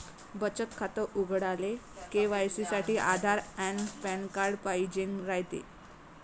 बचत खातं उघडाले के.वाय.सी साठी आधार अन पॅन कार्ड पाइजेन रायते